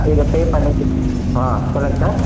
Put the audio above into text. இதை பே பண்ணிடீங்க சொல்லுங்கள் சார்